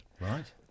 Right